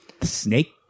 snake